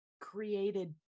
created